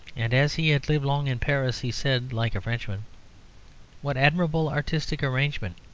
and as he had lived long in paris, he said, like a frenchman what admirable artistic arrangement!